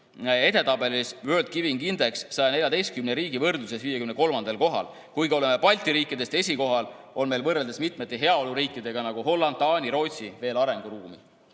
annetusedetabelis World Giving Index 114 riigi võrdluses 53. kohal. Kuigi oleme Balti riikidest esikohal, on meil võrreldes mitmete heaoluriikidega, nagu Holland, Taani ja Rootsi, veel arenguruumi.